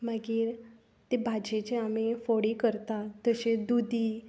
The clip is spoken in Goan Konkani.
मागीर ते भाजयेचे आमी फोडी करता तशेंच दुधी